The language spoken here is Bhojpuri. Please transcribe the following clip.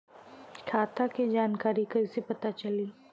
खाता के जानकारी कइसे पता चली?